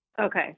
Okay